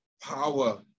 power